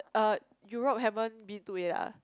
uh Europe haven't been to yet ah